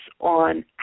on